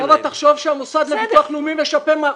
תחשוב שהמוסד לביטוח לאומי משפה.